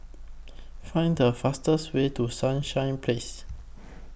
Find The fastest Way to Sunshine Place